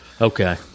Okay